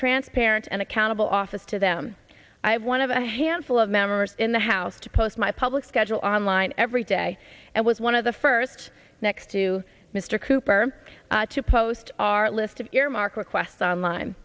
transparent and accountable office to them i have one of a handful of members in the house to post my public schedule online every day and was one of the first next to mr cooper to post our list of earmark requests on line